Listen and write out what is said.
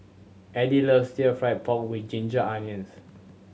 Eddie loves still fry pork with ginger onions